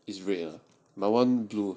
it's red ah